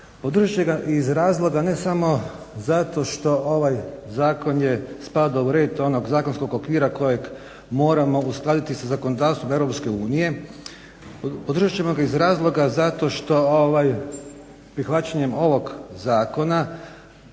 Podržat će ga iz razloga ne samo zato što ovaj zakon spada u red onog zakonskog okvira kojeg moramo uskladiti sa zakonodavstvom EU, podržat ćemo ga iz razloga što prihvaćanjem ovog zakona